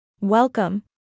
Welcome